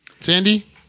Sandy